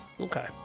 Okay